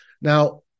Now